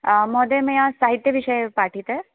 महोदय मया साहित्यविषये एव पाठ्यते